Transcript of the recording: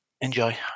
Enjoy